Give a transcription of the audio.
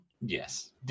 Yes